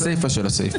בבקשה.